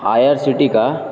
آئی R C T کا